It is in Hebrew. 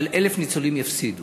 1,000 ניצולים יפסידו.